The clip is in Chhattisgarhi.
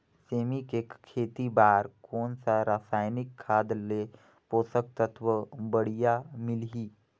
सेमी के खेती बार कोन सा रसायनिक खाद ले पोषक तत्व बढ़िया मिलही?